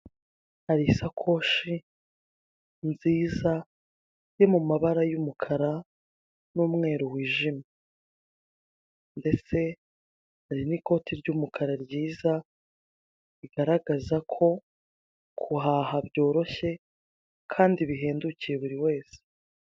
Hari isakoshi nziza iri mumabara y'umukara n'umweru wijimye. Ndetse hari n'ikoti ry'umukara ryiza rigaragaza ko guhaha byoroshye kandi bihendukiye buri wese.